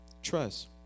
trust